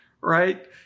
right